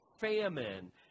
famine